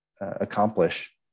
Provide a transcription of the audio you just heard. accomplish